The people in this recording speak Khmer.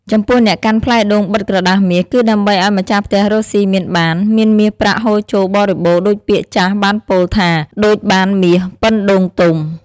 ចំពោះអ្នកកាន់ផ្លែដូងបិទក្រដាសមាស គឺដើម្បីឲ្យម្ចាស់ផ្ទះរកសុីមានបាន មានមាសប្រាក់ហូរចូលបរិបូណ៌ដូចពាក្យចាស់បានពោលថា ដូចបានមាសប៉ុនដូងទុំ ។